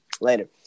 later